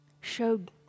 showed